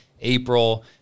April